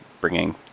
bringing